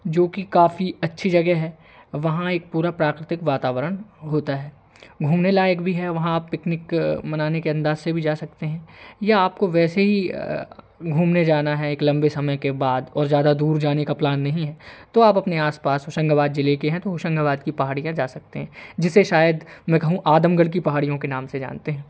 जो कि काफ़ी अच्छी जगह है वहाँ एक पूरा प्राकृतिक वातावरण होता है घूमने लायक़ भी है वहाँ आप पिकनिक मनाने के अंदाज़ से भी जा सकते हैं या आपको वैसे ही घूमने जाना है एक लंबे समय के बाद और ज़्यादा दूर जाने का प्लान नहीं है तो आप अपने आस पास होशंगाबाद ज़िले के हैं तो होशंगाबाद की पहाड़ियों में जा सकते हैं जैसे शायद मैं कहूँ आदमगढ़ की पहाड़ियों के नाम से जानते हैं